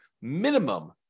minimum